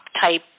type